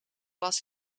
was